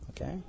Okay